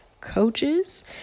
coaches